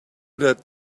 that